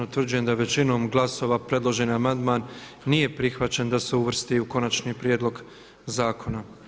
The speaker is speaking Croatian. Utvrđujem da većinom glasova predloženi amandman nije prihvaćen da se uvrsti u Konačni prijedlog zakona.